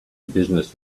business